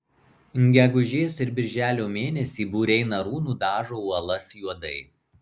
gegužės ir birželio mėnesį būriai narų nudažo uolas juodai